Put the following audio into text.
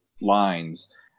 lines